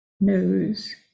nose